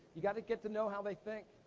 you gotta get to know how they think.